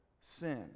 sin